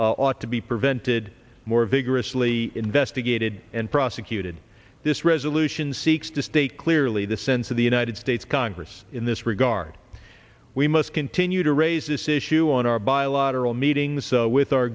ought to be prevented more vigorously investigated and prosecuted this resolution seeks to state clearly the sense of the united states congress in this regard we must continue to raise this issue on our bilateral meetings with our